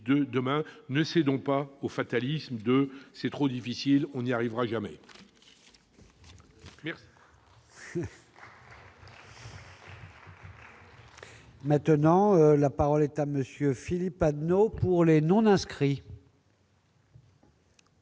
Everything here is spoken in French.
demain. Ne cédons pas au fatalisme du « c'est trop difficile, on n'y arrivera jamais »...